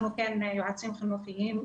אנחנו יועצים חינוכיים,